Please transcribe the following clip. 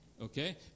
Okay